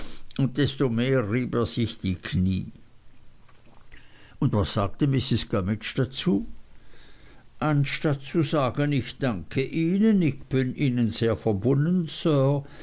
desto mehr rieb er sich die kniee und was sagte mrs gummidge dazu anstatt zu sagen ich danke ihnen ick bün ihnen sehr verbunnen